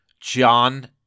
John